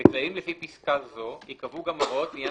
לפי פיסקה זו ייקבעו גם הוראות לעניין